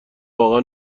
واقعا